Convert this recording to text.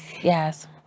yes